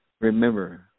Remember